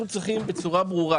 אנחנו צריכים ברורה,